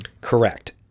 Correct